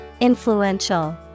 Influential